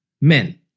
men